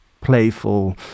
playful